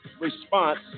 response